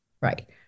Right